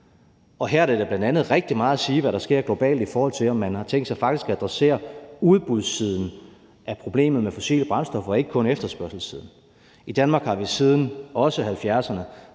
og her har det da bl.a. rigtig meget at sige, hvad der sker globalt, i forhold til om man har tænkt sig faktisk at adressere udbudssiden af problemet med fossile brændstoffer og ikke kun efterspørgselssiden. Kl. 11:37 I Danmark har vi faktisk siden 70'erne